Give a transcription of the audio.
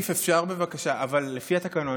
אבל לפי התקנון,